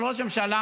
של ראש ממשלה,